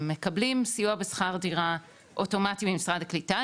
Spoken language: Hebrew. הם מקבלים סיוע בשכר דירה אוטומטי ממשרד הקליטה,